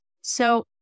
So-